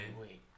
Wait